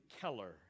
Keller